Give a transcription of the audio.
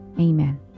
Amen